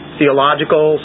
theological